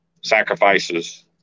sacrifices